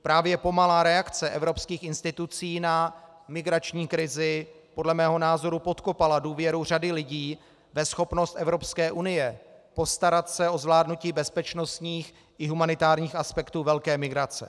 Právě pomalá reakce evropských institucí na migrační krizi podle mého názoru podkopala důvěru řady lidí ve schopnost Evropské unie postarat se o zvládnutí bezpečnostních i humanitárních aspektů velké migrace.